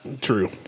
True